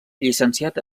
llicenciat